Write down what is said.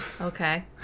Okay